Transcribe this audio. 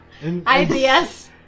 IBS